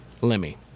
Lemmy